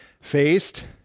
faced